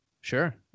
Sure